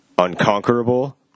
Unconquerable